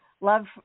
love